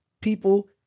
people